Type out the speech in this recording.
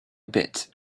bit